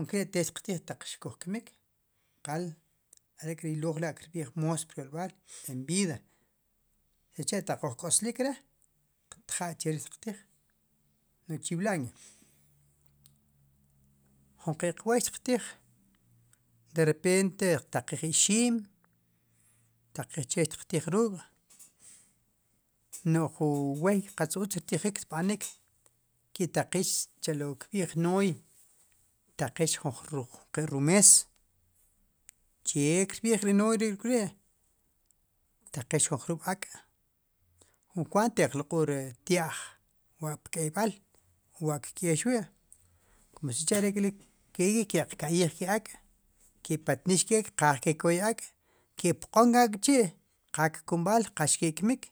nkere'te xtiqtiij ataq xkuj kmik. qal are'k'ri ylooj la'kir b'iij, moos pu ryolb'al en vida sicha'ataw uj k'oslik, re'qtja' che ri xtiqtiij, no'j chi wla' ne junqe'q wooy xtiqtiij, derrepente xtiq taqiij ixim, xtiq taqiij che xtiq tiij ruuk' no'j jun wooy qatz utz rtijik. ki'taqiix elo wu kb'iij nooy xtaqiix lo wu ru mees, che kirb'iij ri nooy ri'ruk'ri' xtaqiix jun jrub'ak' kum kwaat xtiq lq'ul ri tya'j, wa'pk'eyb'al wa'kk'yex wi' kum sicha' kek'ri'ki'q ka'yij ke ak' ke patnix ke'kqaaj ke kwooy ak' ke'pq'on ak'chi' kqaaj kkumb'aal qa ki'kmiik.